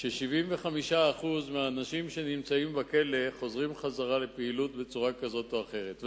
ש-75% מהאנשים שהיו בכלא חוזרים לפעילות בצורה כזו או אחרת.